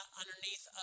underneath